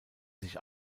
sich